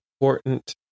important